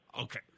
Okay